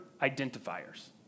identifiers